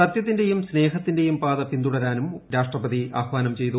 സത്യത്തിന്റേയും സ്നേഹത്തിന്റേയും പാത പിന്തുടരാനും രാഷ്ട്രപതി ആഫ്പാ്നം ചെയ്തു